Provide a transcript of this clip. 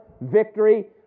victory